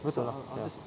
betul lah ya